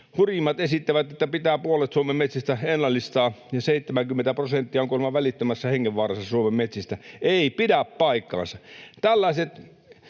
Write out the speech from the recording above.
Hurjimmat esittävät, että pitää puolet Suomen metsistä ennallistaa, ja 70 prosenttia Suomen metsistä on kuulemma välittömässä hengenvaarassa. Ei pidä paikkaansa.